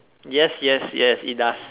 yes yes yes it does